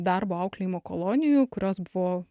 darbo auklėjimo kolonijų kurios buvo